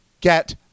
get